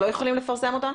לא הוזמנה,